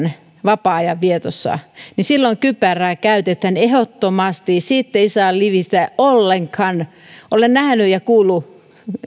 vapaa ajan vietossa niin silloin kypärää käytetään ehdottomasti siitä ei saa livistää ollenkaan olen nähnyt ja kuullut